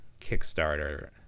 Kickstarter